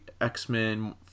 x-men